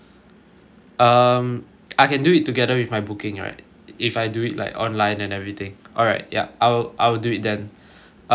um I can do it together with my booking right if I do it like online and everything alright yeah I'll I'll do it then um